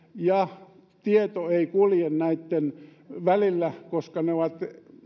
ja tieto ei kulje näitten välillä koska ne ovat